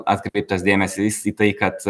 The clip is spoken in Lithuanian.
atkreiptas dėmesys į tai kad